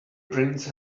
prince